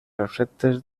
receptes